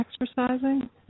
exercising